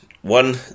One